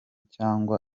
cyangwa